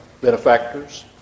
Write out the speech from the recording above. benefactors